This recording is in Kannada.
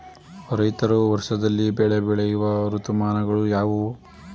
ರೈತರು ವರ್ಷದಲ್ಲಿ ಬೆಳೆ ಬೆಳೆಯುವ ಋತುಮಾನಗಳು ಯಾವುವು?